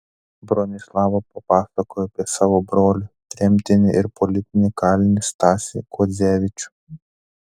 bronislava papasakojo apie savo brolį tremtinį ir politinį kalinį stasį kuodzevičių